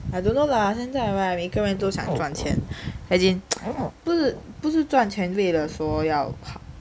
I don't know lah 现在在外每个人都想赚钱还进不不是赚钱为了说要咯